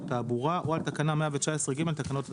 התעבורה או על תקנה 119(ג) לתקנות התעבורה,